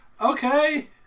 Okay